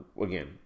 Again